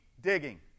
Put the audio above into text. digging